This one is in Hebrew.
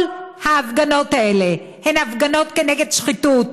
כל ההפגנות האלה הן הפגנות נגד שחיתות,